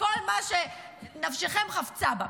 כל מה שנפשכם חפצה בו,